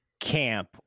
camp